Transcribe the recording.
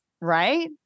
Right